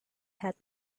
had